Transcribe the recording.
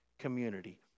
community